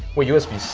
wait, usb-c?